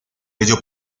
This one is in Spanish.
ello